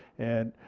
and